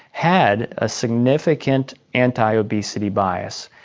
had a significant anti-obesity bias.